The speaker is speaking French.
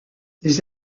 des